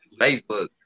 Facebook